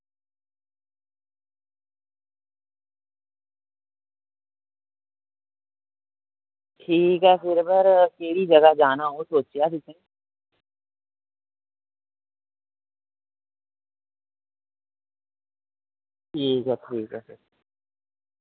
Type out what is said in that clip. ठीक ऐ पर फिर केह्ड़ी जगह जाना ओह् सोचेआ तुसें ठीक ऐ ठीक ऐ फिर